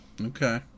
Okay